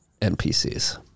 NPCs